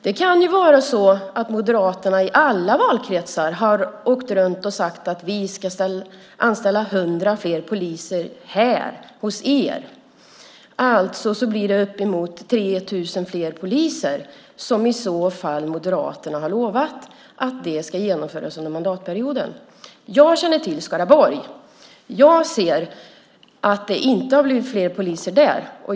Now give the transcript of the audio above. Det kan ju vara så att Moderaterna har åkt runt i alla valkretsar och sagt: Vi ska anställa 100 fler poliser här hos er. Det blir alltså upp mot 3 000 fler poliser som Moderaterna i så fall har lovat ska anställas under mandatperioden. Jag känner till Skaraborg. Jag ser att det inte har blivit fler poliser där.